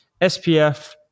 SPF